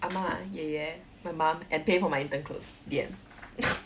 阿嬷爷爷 my mom and pay for my intern clothes yeah